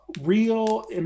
real